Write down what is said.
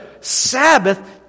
Sabbath